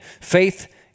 Faith